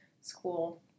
school